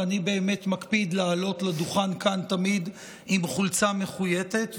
ואני באמת מקפיד לעלות לדוכן כאן תמיד עם חולצה מחויטת,